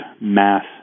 mass